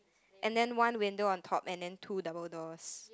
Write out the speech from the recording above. and then one window on top and then two double doors